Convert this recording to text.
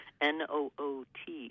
N-O-O-T